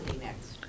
next